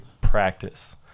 practice